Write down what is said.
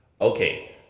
okay